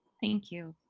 thank you.